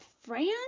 France